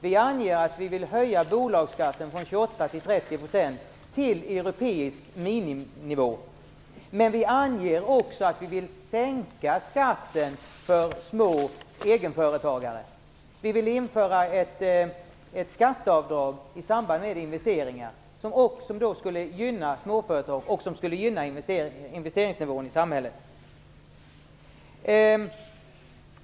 Vi anger att vi vill höja bolagsskatten från 28 till 30 %, till europeisk miniminivå, men vi anger också att vi vill sänka skatten för små egenföretagare. Vi vill införa ett skatteavdrag i samband med investeringar, vilket skulle gynna småföretag och gynna investeringsnivån i samhället.